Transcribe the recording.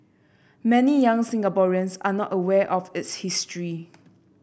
many young Singaporeans are not aware of its history